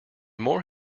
more